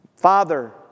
father